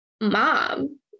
mom